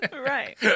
Right